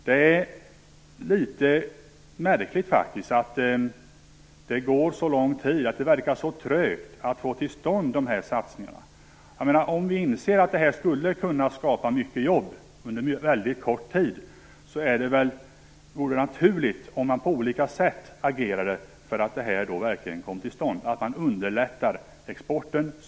Det är litet märkligt att det verkar så trögt att få till stånd dessa satsningar. Om vi inser att småhusexporten skulle kunna skapa mycket jobb inom en väldigt kort tid, vore det väl naturligt att på olika sätt agera för att verkligen underlätta för exporten.